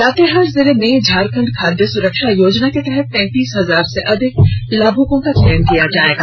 लातेहार जिले में झारखंड खाद्य सुरक्षा योजना के तहत तैतीस हजार से अधिक लाभुकों का चयन किया जाएगा